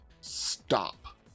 stop